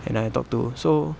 and I talk to so